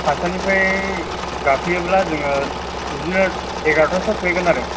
फासथानिफ्राय गाखोयोब्ला जोङो बिदिनो एगार'थासोआव सहैगोन आरो